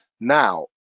Now